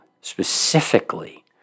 specifically